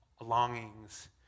longings